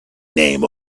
name